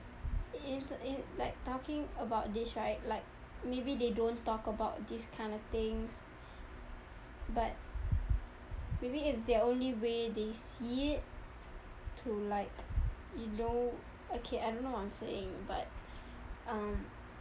i~ it like talking about this right like maybe they don't talk about this kinda things but maybe it's their only way they see it to like you know okay I don't know what I'm saying but um